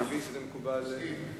אני מבין שזה מקובל על כולם.